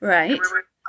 Right